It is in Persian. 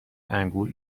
انگور